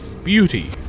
Beauty